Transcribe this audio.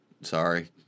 Sorry